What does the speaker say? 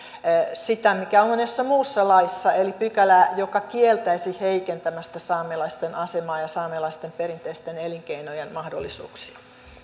sitä mikä on monessa muussa laissa eli pykälää joka kieltäisi heikentämästä saamelaisten asemaa ja saamelaisten perinteisten elinkeinojen mahdollisuuksia